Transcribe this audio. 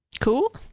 Cool